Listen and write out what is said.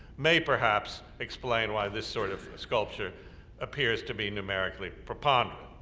may perhaps explain why this sort of sculpture appears to be numerically preponderant.